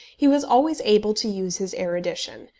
he was always able to use his erudition,